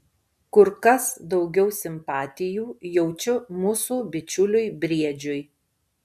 kur kas daugiau simpatijų jaučiu mūsų bičiuliui briedžiui